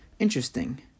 Interesting